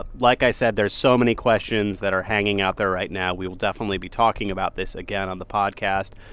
ah like i said, there's so many questions that are hanging out there right now. we will definitely be talking about this again on the podcast.